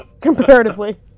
comparatively